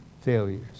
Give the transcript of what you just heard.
failures